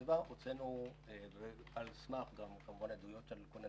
על ניטור האוויר במשרד להגנת הסביבה גם על סמך עדויות על ---,